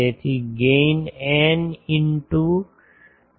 તેથી gain η into D થશે